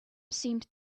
seemed